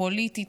הפוליטית,